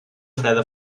freda